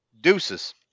deuces